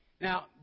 Now